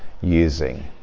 using